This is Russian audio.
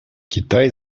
китай